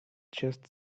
just